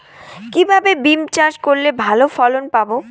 কিভাবে বিম চাষ করলে ভালো ফলন পাব?